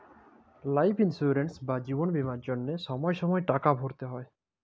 life insurance বা জিবল বীমার জ্যনহে ছময় ছময় টাকা ভ্যরতে হ্যয়